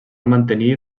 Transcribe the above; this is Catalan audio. mantenir